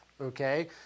okay